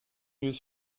lieux